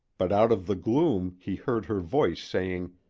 but out of the gloom he heard her voice saying